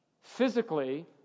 physically